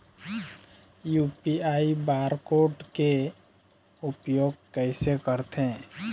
UPI bar code के उपयोग कैसे करथें?